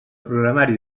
programari